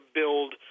build